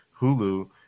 Hulu